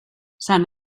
sant